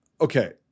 Okay